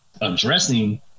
addressing